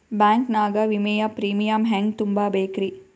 Bank ನಾಗ ವಿಮೆಯ premium ಹೆಂಗ್ ತುಂಬಾ ಬೇಕ್ರಿ?